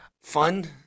fun